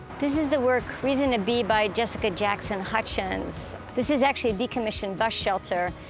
this is the work reason to be, by jessica jackson hutchins. this is actually a decommissioned bus shelter.